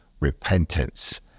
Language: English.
Repentance